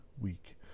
week